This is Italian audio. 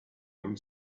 non